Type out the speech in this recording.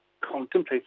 contemplate